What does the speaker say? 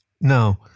No